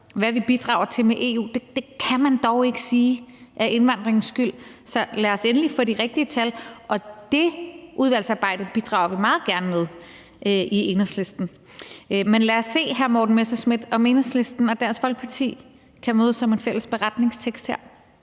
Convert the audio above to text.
hvad vi bidrager med til EU, kan man dog ikke sige er indvandringens skyld. Så lad os endelig få de rigtige tal, og det udvalgsarbejde bidrager vi meget gerne med i Enhedslisten. Men lad os se, hr. Morten Messerschmidt, om Enhedslisten og Dansk Folkeparti kan mødes om en fælles beretningstekst her.